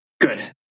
Good